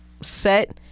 set